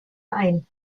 ein